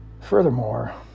Furthermore